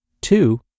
two